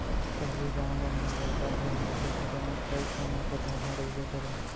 पहिली गॉंव मन म जादा घर माटी के बनय अउ ओमा पटउहॉं रइबे करय